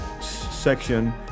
section